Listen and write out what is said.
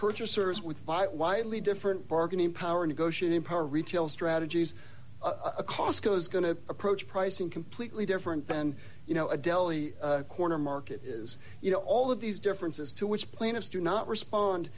purchasers with fiat widely different bargaining power negotiating power retail strategies a costco is going to approach pricing completely different then you know a deli corner market is you know all of these differences to which planets do not respond